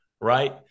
right